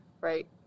right